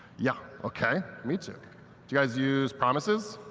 yeah, ok. me too. do you guys use promises?